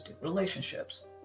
relationships